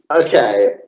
Okay